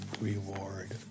reward